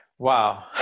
Wow